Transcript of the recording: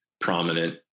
prominent